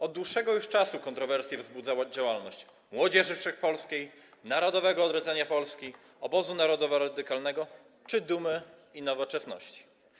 Od dłuższego już czasu kontrowersje wzbudzała działalność Młodzieży Wszechpolskiej, Narodowego Odrodzenia Polski, Obozu Narodowo-Radykalnego czy Dumy i Nowoczesności.